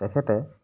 তেখেতে